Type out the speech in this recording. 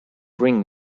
ring